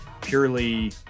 purely